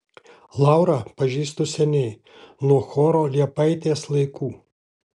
laurą pažįstu seniai nuo choro liepaitės laikų